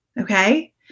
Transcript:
Okay